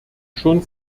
schon